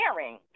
sharing